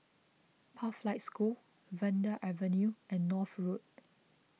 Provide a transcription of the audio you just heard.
Pathlight School Vanda Avenue and North Road